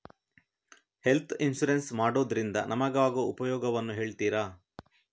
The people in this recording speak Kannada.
ಹೆಲ್ತ್ ಇನ್ಸೂರೆನ್ಸ್ ಮಾಡೋದ್ರಿಂದ ನಮಗಾಗುವ ಉಪಯೋಗವನ್ನು ಹೇಳ್ತೀರಾ?